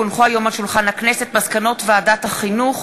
כי הונחו היום על שולחן הכנסת מסקנות ועדת החינוך,